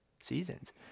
seasons